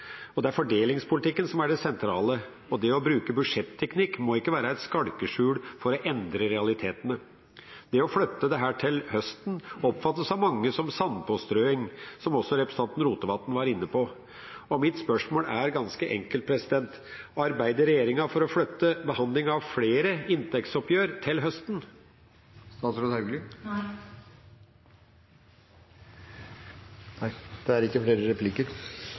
hele den økonomiske fordelingspolitikken. Det er fordelingspolitikken som er det sentrale, og det å bruke budsjetteknikk må ikke være et skalkeskjul for å endre realitetene. Det å flytte dette til høsten oppfattes av mange som sandpåstrøing, som også representanten Rotevatn var inne på. Mitt spørsmål er ganske enkelt: Arbeider regjeringa for å flytte behandlinga av flere inntektsoppgjør til høsten? Nei. Dermed er